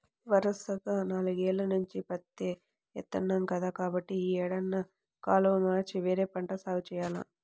వరసగా నాలుగేల్ల నుంచి పత్తే ఏత్తన్నాం కదా, కాబట్టి యీ ఏడన్నా కాలు మార్చి వేరే పంట సాగు జెయ్యాల